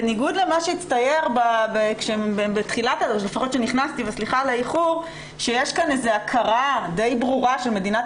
בניגוד למה שהצטייר בהתחלה שיש כאן איזו הכרה די ברורה של מדינת